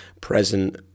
present